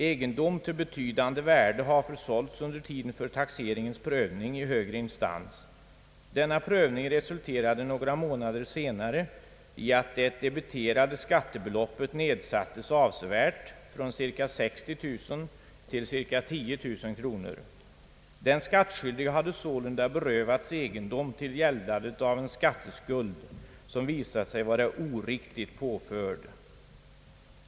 Egendom till betydande värde hade försålts under tiden för taxeringens prövning i högre instans. Denna prövning resulterade några månader senare i att det debiterade skattebeloppet nedsattes avsevärt — från ca 60 000 kronor till ca 10000 kronor. Den skattskyldige hade sålunda berövats egendom till gäldandet av en skatteskuld, som visat sig vara oriktigt påförd.